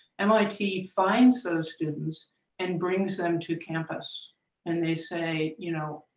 mit finds those students and brings them to campus and they say, you know,